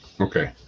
Okay